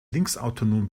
linksautonom